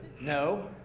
No